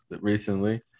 recently